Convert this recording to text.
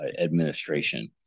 administration